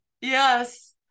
Yes